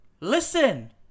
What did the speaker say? listen